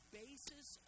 basis